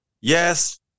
Yes